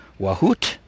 Wahoot